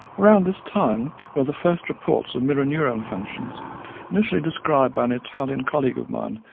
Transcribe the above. around this time were the first reports of mirror neuron functions initially described by an italian colleague of mine,